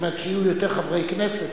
זאת אומרת כשיהיו יותר חברי כנסת.